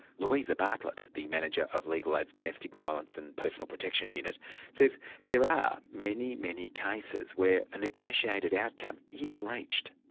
louisa bartlett, the manager of legal aid's domestic violence and personal protection unit says there are many, many cases where a negotiated outcome is reached.